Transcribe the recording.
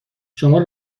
شما